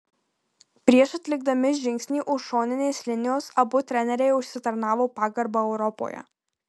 prieš atlikdami žingsnį už šoninės linijos abu treneriai užsitarnavo pagarbą europoje